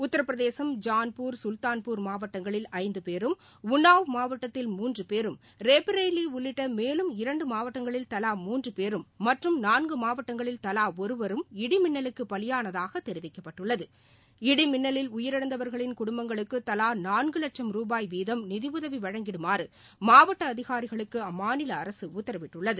உத்திரபிரதேசம் ஜான்பூர் சுல்தான்பூர் மாவட்டங்களில் ஐந்து பேரும் உன்னாவ் மாவட்டத்தில் மூன்று பேரும் ரேபரெய்லி உள்ளிட்ட மேலும் இரண்டு மாவட்டங்களில் தலா மூன்று பேரும் மற்றம் நான்கு மாவட்டங்களில் தலா ஒருவரும் இடி மின்னலுக்கு பலியானதாக தெரிவிக்கப்பட்டுள்ளது இடி மின்னலில் உயிரிழந்தவர்களின் குடும்பங்களுக்கு தவா நான்கு வட்சும் ரூபாய் வீதம் நிதி உதவி வழங்கிடுமாறு மாவட்ட அதிகாரிகளுக்கு அம்மாநில அரசு உத்தரவிட்டுள்ளது